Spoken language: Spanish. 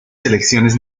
selecciones